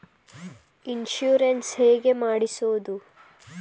Insurance ಹೇಗೆ ಮಾಡಿಸುವುದು?